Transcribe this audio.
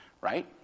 right